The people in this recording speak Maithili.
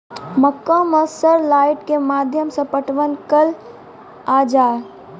मक्का मैं सर लाइट के माध्यम से पटवन कल आ जाए?